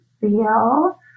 feel